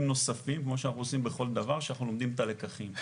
נוספים כמו שאנחנו עושים בכל דבר כשאנחנו לומדים את הלקחים.